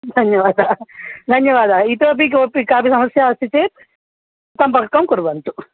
धन्यवादः धन्यवादः इतोपि कोपि कापि समस्या अस्ति चेत् सम्पर्कं कुर्वन्तु